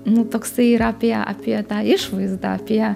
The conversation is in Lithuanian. nu toksai yra apie apie tą išvaizdą apie